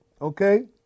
okay